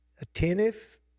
attentive